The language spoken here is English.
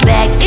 Back